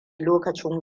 lokacin